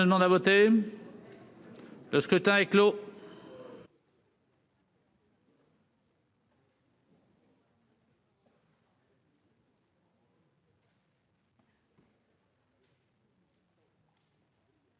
Le scrutin est clos.